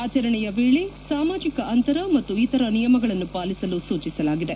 ಆಚರಣೆಯ ವೇಳೆ ಸಾಮಾಜಿಕ ಅಂತರ ಮತ್ತು ಇತರ ನಿಯಮಗಳನ್ನು ಪಾಲಿಸಲು ಸೂಚಿಸಲಾಗಿದೆ